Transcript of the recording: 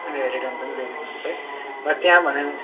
ए return पनि ल्याइदिनु हुन्छ है त्यहाँ भने